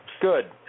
good